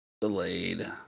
delayed